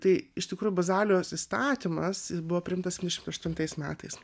tai iš tikrųjų bazalijos įstatymas buvo priimtas aštuntais metais